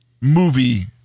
movie